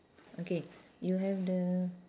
okay you have the